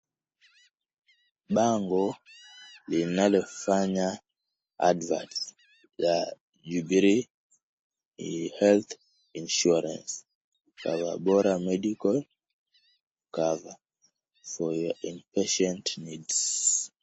Bango linalofanya advert ya Jubilee health insurance cover bora medical cover for your in-patient needs .